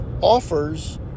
offers